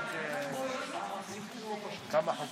מה הוחלט,